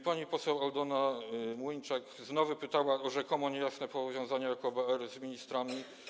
Pani poseł Aldona Młyńczak znowu pytała o rzekomo niejasne powiązania Jakuba R. z ministrami.